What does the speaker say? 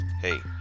hey